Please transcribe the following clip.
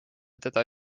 teda